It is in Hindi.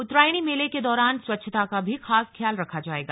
उत्तरायणी मेले के दौरान स्वच्छता का भी खास ख्याल रखा जाएगा